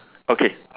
okay